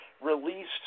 released